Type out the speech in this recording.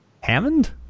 Hammond